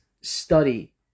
study